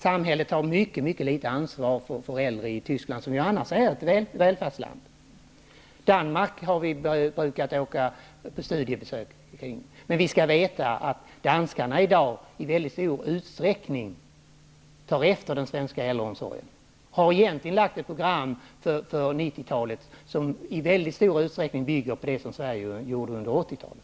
I Tyskland, som annars är ett välfärdsland, tar samhället ett mycket litet ansvar för de äldre. Till Danmark brukar vi åka på studiebesök. Danskarna tar numera i mycket stor utsträckning, väl att märka, efter oss i Sverige i fråga om äldreomsorgen. Man har ett program för 90-talet som i väldigt stor utsträckning bygger på vad Sverige gjorde under 80-talet.